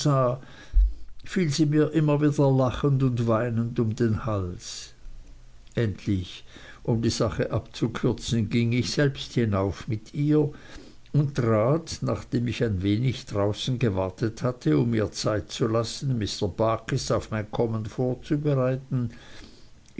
fiel sie mir immer wieder lachend und weinend um den hals endlich um die sache abzukürzen ging ich selbst hinauf mit ihr und trat nachdem ich ein wenig draußen gewartet hatte um ihr zeit zu lassen mr barkis auf mein kommen vorzubereiten